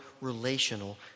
relational